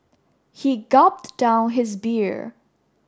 he gulped down his beer